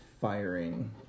firing